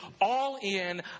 all-in